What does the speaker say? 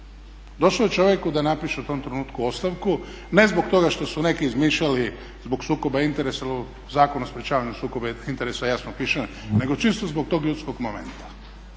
Došlo je čovjeku da napiše u tom trenutku ostavku, ne zbog toga što su neki izmišljali zbog sukoba interesa jer u Zakonu o sprječavanju sukoba interesa jasno piše, nego čisto zbog tog ljudskog momenta.